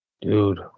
dude